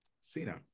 Cena